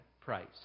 price